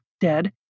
dead